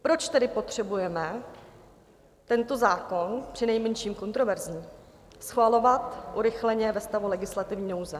Proč tedy potřebujeme tento zákon, přinejmenším kontroverzní, schvalovat urychleně ve stavu legislativní nouze?